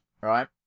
right